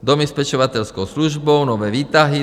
Domy s pečovatelskou službou, nové výtahy.